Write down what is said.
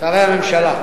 שרי הממשלה,